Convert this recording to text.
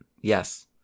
Yes